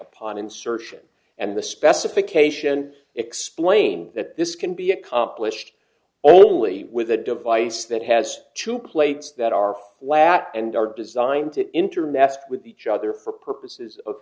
upon insertion and the specification explained that this can be accomplished oly with a device that has two plates that are flat and are designed to enter messed with each other for purposes of